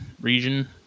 region